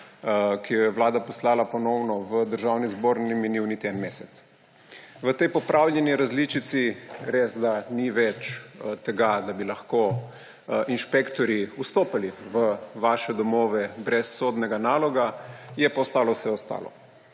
ki jo je Vlada poslala ponovno v Državni zbor, ni minil niti en mesec. V tej popravljeni različici resda ni več tega, da bi lahko inšpektorji vstopali v vaše domove brez sodnega naloga, je pa ostalo vse ostalo.